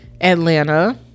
Atlanta